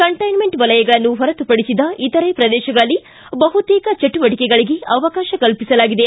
containment ವಲಯಗಳನ್ನು ಹೊರತುಪಡಿಸಿದ ಇತರೆ ಪ್ರದೇಶಗಳಲ್ಲಿ ಬಹುತೇಕ ಚಟುವಟಿಕೆಗಳಿಗೆ ಅವಕಾಶ ಕಲ್ಪಿಸಲಾಗಿದೆ